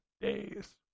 days